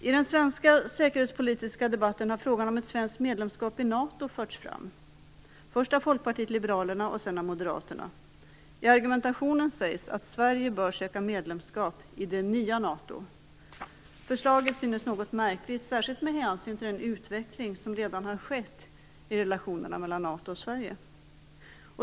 I den svenska säkerhetspolitiska debatten har frågan om ett svenskt medlemskap i NATO förts fram, först av Folkpartiet liberalerna och sedan av Moderaterna. I argumentationen sägs att Sverige bör söka medlemskap i det nya NATO. Förslaget synes något märkligt, särskilt med hänsyn till den utveckling som redan har skett i relationerna mellan NATO och Sverige.